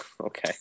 Okay